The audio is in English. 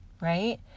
right